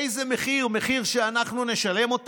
מחיר שאנחנו נשלם?